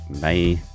Bye